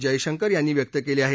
जयशंकर यांनी व्यक्त केली आहे